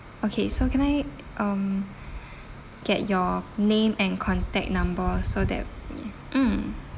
okay so can I um get your name and contact number so that yeah mm